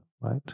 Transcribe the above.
right